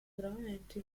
gravemente